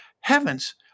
heavens